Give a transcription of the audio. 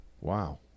Wow